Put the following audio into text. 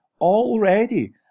Already